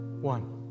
one